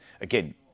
again